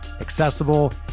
accessible